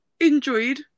Enjoyed